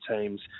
teams